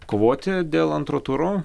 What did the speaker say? kovoti dėl antro turo